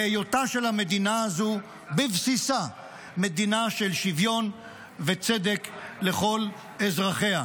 להיותה של המדינה הזו בבסיסה מדינה של שוויון וצדק לכל אזרחיה.